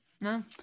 No